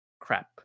Crap